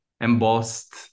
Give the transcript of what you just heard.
embossed